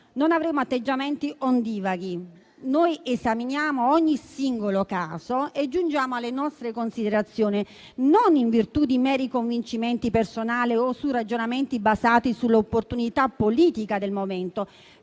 non avremo atteggiamenti ondivaghi. Noi esaminiamo ogni singolo caso e giungiamo alle nostre considerazioni non in virtù di meri convincimenti personali o su ragionamenti basati sull'opportunità politica del momento;